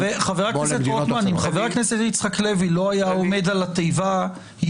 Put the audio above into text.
גם 120 ח"כים לא יכולים להתגבר על הדבר הזה.